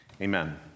amen